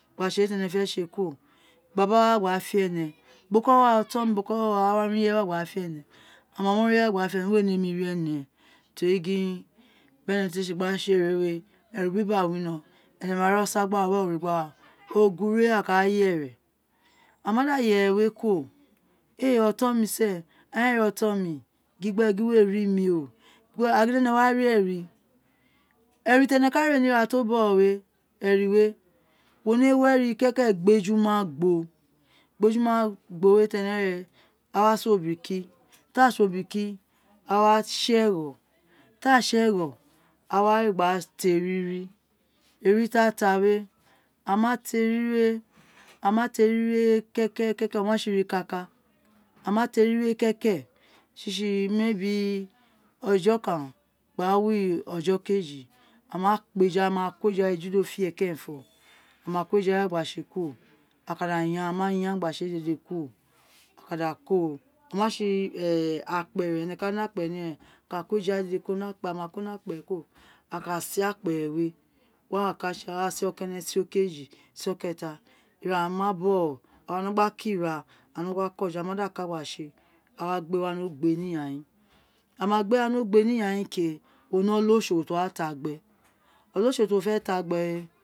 Gha tsi ee tene fi tsi ee kuro baba wa gba fe ene bo ko wo gha oton mi bo ko wo gha awa ran ireye wa gba fe ene ama mo ran ireye wa fe ene we nemi ri ene o tori gin bi ene ka tsi ere ni ira eren erubiba wino ene ma ri osa gba wa ene sa ogure a ka yere a ma da yere kuro ee oton mi se aghaan ee ri oton mi gin gbe gin wo ri mi o were a gin di ene wa ri eri eri ti ene ka re ni ira ti o bogho we eri we wo nemi wi eri keke bojo din gbi ejuma gbo gbi eju ma gbo ti ene we eri awa so obiriki ti a so obiriki a wa tsi ero to a tsi ero a wa re gba tia eriri eriri ti a ta we a ma ta eriri we ama ta eriri we ke ke ke ke o wa tsi ira kaka a ma ti eriri keke tsi tsi ojo okan gba wi ojo okej ama kpa ejo we a ma ko eja eja do fi ee keren fo a ma ko eya tsi kuro a ka da yan bi a yan gba tsi ee kuro a ka da koo one osi a kpere a ka da mu ni a kpere gba ko jo gba da ko ni akpere kuro a ka si ee akpere we wa we aka tsi we hi okene gba wo okeji okeeta ira ma da ka a ka tsi ee awa gbe wa ni ogbe ni yan yin a ma gbe wa ni ogbe ni yayin ke tori wo wa ni olosho ti wo wa ta gbe olosho ti wo fe ta gbe we